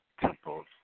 temples